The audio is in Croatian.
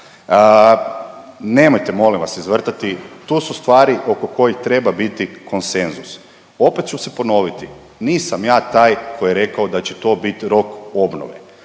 Nemojte molim vas izvrtati, tu su stvari oko kojih treba biti konsenzus. Opet ću se ponoviti. Nisam ja taj koji je rekao da će to bit rok obnove.